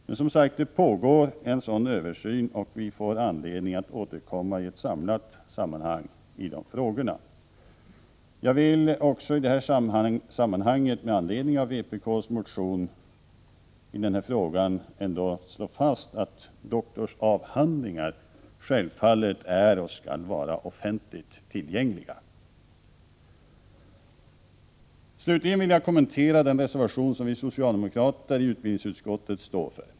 Men, som sagt, det pågår en sådan översyn och vi får anledning att återkomma i ett samlat sammanhang i de frågorna. Jag vill också, med anledning av vpk:s motion i denna fråga, slå fast att doktorsavhandlingar självfallet är och skall vara offentligt tillgängliga. Slutligen vill jag kommentera den reservation som vi socialdemokrater i utbildningsutskottet står för.